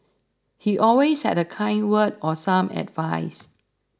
he always had a kind word or some advice